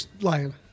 lying